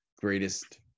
greatest